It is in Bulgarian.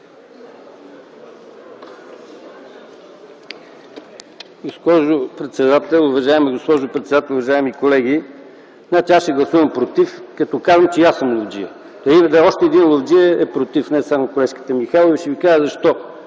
госпожо председател, уважаеми колеги! Аз ще гласувам „против”, като казвам, че и аз съм ловджия. Още един ловджия е против, не само колежката Михайлова. И ще ви кажа защо.